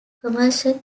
commercial